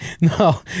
No